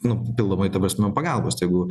nu papildomai ta prasme pagalbos tegu